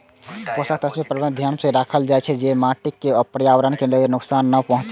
पोषक तत्व प्रबंधन मे ई ध्यान राखल जाइ छै, जे माटि आ पर्यावरण कें नुकसान नै पहुंचै